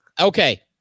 Okay